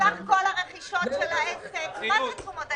ביקשנו לפטור אותן מ-7.5% מס שכר,